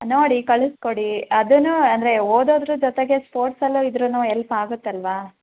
ನೋಡಿ ಕಳಿಸ್ಕೊಡಿ ಅದನ್ನೂ ಅಂದರೆ ಓದೋದ್ರ ಜೊತೆಗೆ ಸ್ಪೋಟ್ಸಲ್ಲೂ ಇದ್ರೂನೂ ಎಲ್ಪ್ ಆಗುತ್ತೆ ಅಲ್ಲವಾ